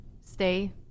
stay